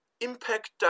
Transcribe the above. impact